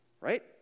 right